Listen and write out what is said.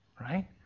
Right